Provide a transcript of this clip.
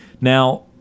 now